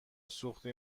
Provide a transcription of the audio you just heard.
سوختی